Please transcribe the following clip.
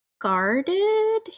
guarded